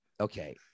Okay